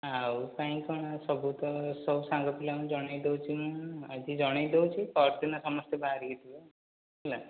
ଆଉ କାଇଁ କ'ଣ ସବୁ ତ ସବୁ ସାଙ୍ଗ ପିଲାଙ୍କୁ ଜଣେଇ ଦେଉଛି ମୁଁ ଆଜି ଜଣେଇ ଦେଉଛି ପହରଦିନ ସମସ୍ତେ ବାହାରିକି ଥିବ ହେଲା